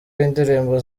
y’indirimbo